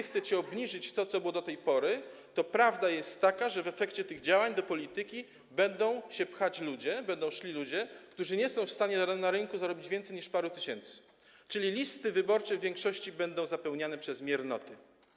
Chcecie obniżyć to, co było do tej pory, a prawda jest taka, że w efekcie tych działań do polityki będą się pchać, będą szli ludzie, którzy nie są w stanie na rynku zarobić więcej niż parę tysięcy, czyli listy wyborcze w większości będą zapełniane przez miernoty.